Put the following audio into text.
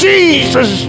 Jesus